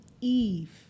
Eve